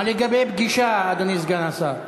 מה לגבי פגישה, אדוני סגן השר?